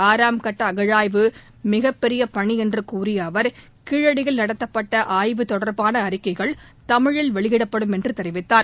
ஆறாம் கட்ட அகழாய்வு மிகப் பெரிய பணி என்று கூறிய அவர் கீழடியில் நடத்தப்பட்ட ஆய்வு தொடர்பான அறிக்கைகள் தமிழில் வெளியிடப்படும் என்று தெரிவித்தார்